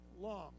long